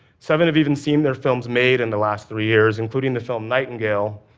seven have even seen their films made in the last three years, including the film nightingale,